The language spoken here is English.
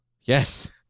Yes